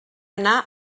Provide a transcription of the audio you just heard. anar